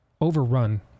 overrun